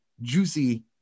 juicy